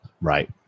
Right